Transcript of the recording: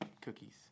cookies